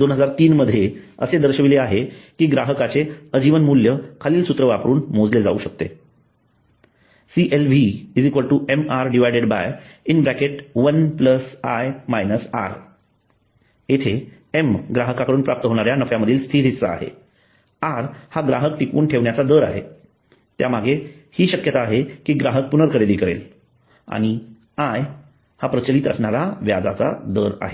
2003 मध्ये असे दर्शविले आहे की ग्राहकाचे आजीवन मूल्य खालील सूत्र वापरून मोजले जाऊ शकते CLV mr1i r जेथे m ग्राहकाकडून प्राप्त होणारा नफ्यामधील स्थिर हिस्सा आहे r हा ग्राहक टिकवून ठेवण्याचा दर आहे त्यामागे ही शक्यता आहे की ग्राहक पुनर्खरेदी करेल आणि I हा प्रचलित असणारा व्याज दर आहे